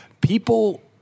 People